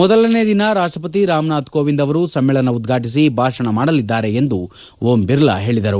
ಮೊದಲನೆ ದಿನ ರಾಷ್ಷಪತಿ ರಾಮನಾಥ್ ಕೋವಿಂದ್ ಅವರು ಸಮ್ನೇಳನ ಉದ್ವಾಟಿಸಿ ಭಾಷಣ ಮಾಡಲಿದ್ದಾರೆ ಎಂದು ಅವರು ಹೇಳಿದರು